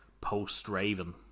post-Raven